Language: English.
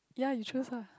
ya you choose ah